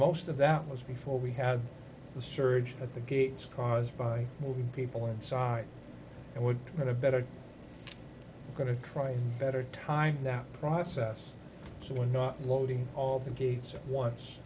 of that was before we had the surge at the gates caused by moving people inside and would get a better going to try to better time that process so we're not loading all the gates at once